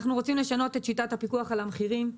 אנחנו רוצים לשנות את שיטת הפיקוח על המחירים.